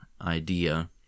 idea